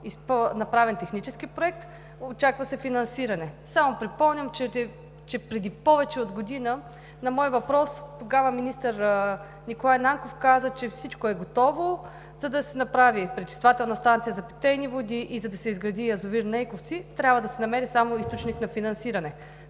направен технически проект, очаква се финансиране. Само припомням, че преди повече от година на мой въпрос, тогава министър Николай Нанков каза, че всичко е готово, за да се направи пречиствателна станция за питейни води и, за да се изгради язовир Нейковци, трябва да се намери само източник на финансиране.